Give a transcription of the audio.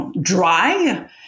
dry